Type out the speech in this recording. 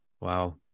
Wow